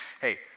hey